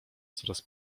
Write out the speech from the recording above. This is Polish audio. coraz